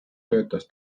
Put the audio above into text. töötas